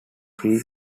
pre